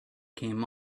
came